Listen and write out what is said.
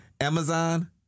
Amazon